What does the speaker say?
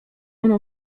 ono